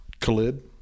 Khalid